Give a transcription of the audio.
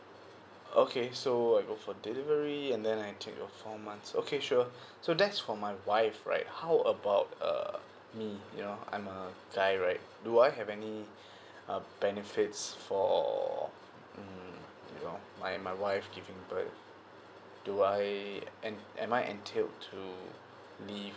okay so I'd go for delivery and then I take the four months okay sure so that's for my wife right how about uh me you know I'm a guy right do I have any uh benefits for mm you know my my wife giving birth do I am am I entailed to leave